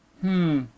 Hmm